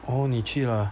oh 你去 lah